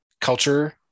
culture